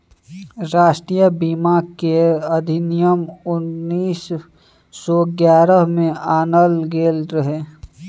राष्ट्रीय बीमा केर अधिनियम उन्नीस सौ ग्यारह में आनल गेल रहे